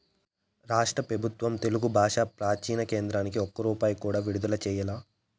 రాష్ట్ర పెబుత్వం తెలుగు బాషా ప్రాచీన కేంద్రానికి ఒక్క రూపాయి కూడా విడుదల చెయ్యలా